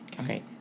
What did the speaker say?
okay